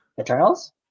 Eternals